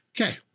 Okay